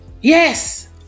Yes